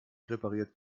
repariert